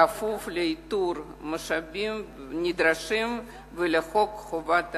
בכפוף לאיתור המשאבים הנדרשים ולחוק חובת